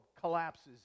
collapses